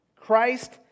Christ